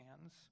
hands